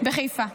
בחיפה.